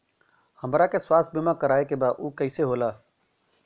हमरा के स्वास्थ्य बीमा कराए के बा उ कईसे होला?